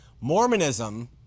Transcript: Mormonism